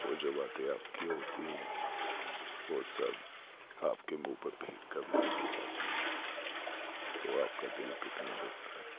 وہ جو باتیں آپ کی ہوتی ہیں وہ سب آپ کے منہ پر پھینک کر مار دی جاتی ہیں تو آپ کا دل کتنا دکھتا ہے